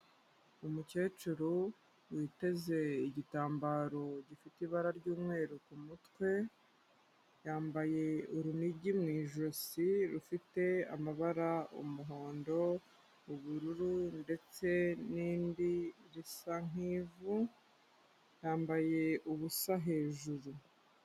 Umukecuru witeze igitambaro gifite ibara ry'umweru ku mutwe, yambaye urunigi mu ijosi rufite amabara umuhondo, ubururu ndetse n'indi risa nk'ivu, yambaye ubusa hejuru.